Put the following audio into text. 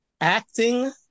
acting